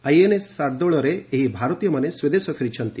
INS ସାର୍ଦ୍ଦଳରେ ଏହି ଭାରତୀୟମାନେ ସ୍ନଦେଶ ଫେରିଛନ୍ତି